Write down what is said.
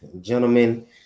Gentlemen